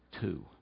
two